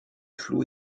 flot